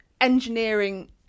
engineering